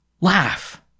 laugh